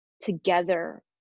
together